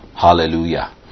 hallelujah